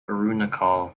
arunachal